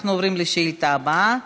אנחנו עוברים לשאילתה הבאה.